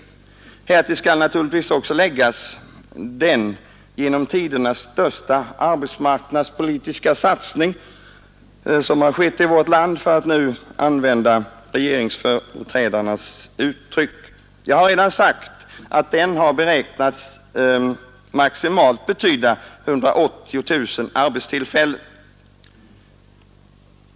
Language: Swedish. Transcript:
Härtill skall naturligtvis läggas den genom tiderna största arbetsmarknadspolitiska satsning som gjorts i vårt land — för att här använda regeringsföreträdarnas uttryck. Jag har redan sagt att den enligt beräkningarna har betytt maximalt 180 000 arbetstillfällen.